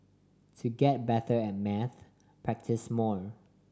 to get better at maths practise more